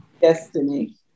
Destiny